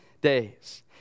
days